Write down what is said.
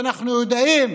ואנחנו יודעים